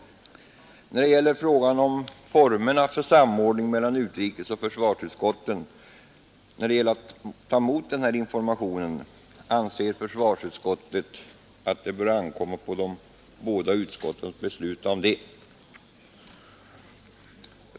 När det gäller frågan om formerna för samordningen mellan utrikesoch försvarsutskotten vid mottagande av information anser försvarsutskottet att det bör ankomma på de båda utskotten att besluta om detta.